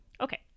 Okay